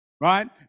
Right